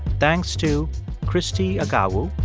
thanks to christie agawu,